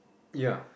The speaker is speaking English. ya